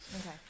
okay